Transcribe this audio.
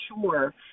sure